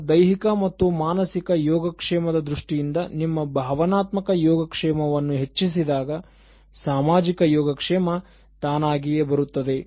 ನಿಮ್ಮ ದೈಹಿಕ ಮತ್ತು ಮಾನಸಿಕ ಯೋಗಕ್ಷೇಮದ ದೃಷ್ಟಿಯಿಂದ ನಿಮ್ಮ ಭಾವನಾತ್ಮಕ ಯೋಗಕ್ಷೇಮವನ್ನು ಹೆಚ್ಚಿಸಿದಾಗ ಸಾಮಾಜಿಕ ಯೋಗಕ್ಷೇಮ ತಾನಾಗಿಯೇ ಬರುತ್ತದೆ